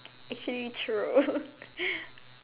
actually true